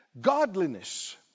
Godliness